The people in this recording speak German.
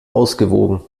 ausgewogen